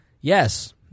yes